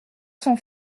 son